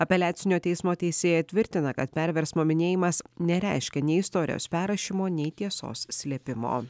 apeliacinio teismo teisėja tvirtina kad perversmo minėjimas nereiškia nei istorijos perrašymo nei tiesos slėpimo